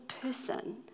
person